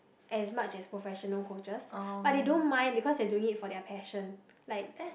as much as professional coaches but they don't mind because they are doing in for their passion like